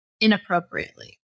inappropriately